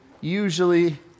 usually